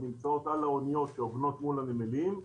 נמצאות על האוניות שעוגנות מול הנמלים.